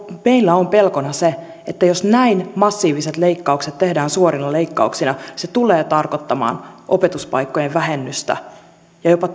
meillä on pelkona se että jos näin massiiviset leikkaukset tehdään suorina leikkauksina se tulee tarkoittamaan opetuspaikkojen vähennystä jopa